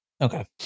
okay